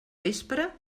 vespre